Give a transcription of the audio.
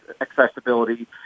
accessibility